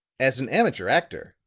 as an amateur actor,